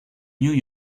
new